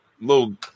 little